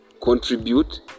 contribute